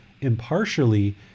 impartially